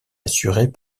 assurée